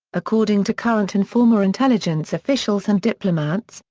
according to current and former intelligence officials and diplomats,